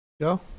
Go